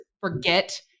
forget